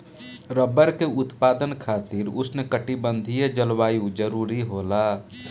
rubber के उत्पादन खातिर उष्णकटिबंधीय जलवायु जरुरी होला